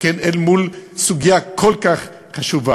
אל מול סוגיה כל כך חשובה.